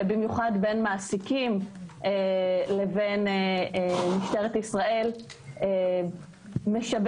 ובמיוחד בין מעסיקים לבין משטרת ישראל משבשת